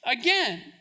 again